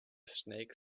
snake